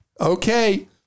Okay